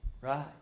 right